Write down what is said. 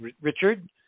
Richard